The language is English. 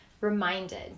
reminded